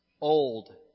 old